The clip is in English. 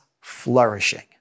flourishing